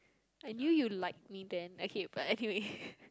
I knew you like me then okay but anyway